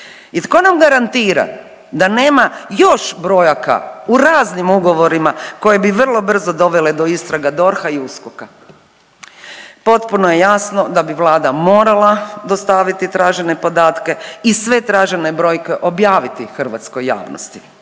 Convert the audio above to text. I tko nam garantira da nema još brojaka u raznim ugovorima koje bi vrlo brzo dovele do istraga DORH-a i USKOK-a? Potpuno je jasno da bi Vlada morala dostaviti tražene podatke i sve tražene brojke objaviti hrvatskoj javnosti.